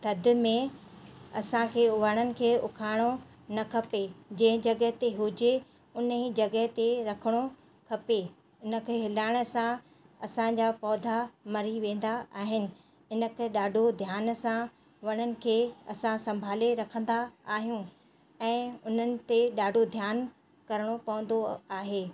थधि में असांखे वणन खे उखाइणो न खपे जंहिं जॻह ते हुॼे उन ई जॻह ते रखणो खपे उन खे हिलाइण सां असांजा पौधा मरी वेंदा आहिनि इन खे ॾाढो ध्यान सां वणन खे असां संभाले रखंदा आहियूं ऐं उन्हनि ते ॾाढो ध्यानु करिणो पवंदो आहे